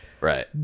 right